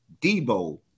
Debo